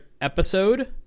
episode